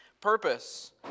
purpose